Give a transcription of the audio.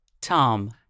Tom